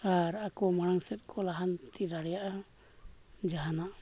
ᱟᱨ ᱟᱠᱚ ᱢᱟᱲᱟᱝ ᱥᱮᱫ ᱠᱚ ᱞᱟᱦᱟᱱᱛᱤ ᱫᱟᱲᱮᱭᱟᱜᱼᱟ ᱡᱟᱦᱟᱱᱟᱜ